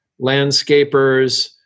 landscapers